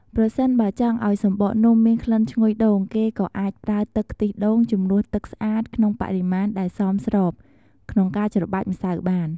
ប្រសិនបើចង់ឲ្យសំបកនំមានក្លិនឈ្ងុយដូង គេក៏អាចប្រើ ទឹកខ្ទិះដូង ជំនួសទឹកស្អាតក្នុងបរិមាណដែលសមស្រប ក្នុងការច្របាច់ម្សៅបាន។